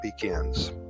begins